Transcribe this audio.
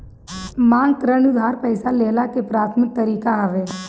मांग ऋण इ उधार पईसा लेहला के प्राथमिक तरीका हवे